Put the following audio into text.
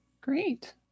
Great